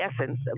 essence